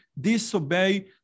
disobey